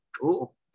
Cool